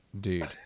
dude